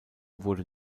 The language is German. wurde